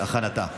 הכנתה.